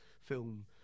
film